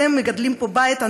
אתם מגדלים פה בית,